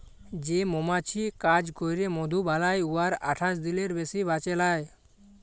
যে মমাছি কাজ ক্যইরে মধু বালাই উয়ারা আঠাশ দিলের বেশি বাঁচে লায়